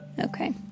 Okay